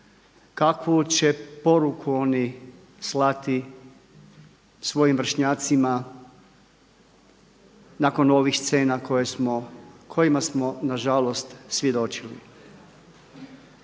Kakvu će poruku oni slati svojim vršnjacima nakon ovih scena kojima smo nažalost svjedočili.